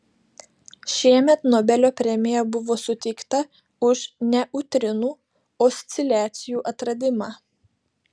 šiemet nobelio premija buvo suteikta už neutrinų osciliacijų atradimą